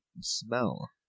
smell